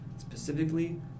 specifically